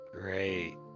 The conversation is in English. Great